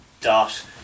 dot